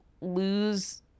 lose